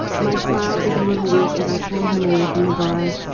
my smile is a little weak as i pull him away from the bar.